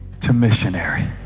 to missionary